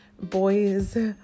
Boys